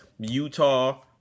utah